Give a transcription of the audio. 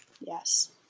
Yes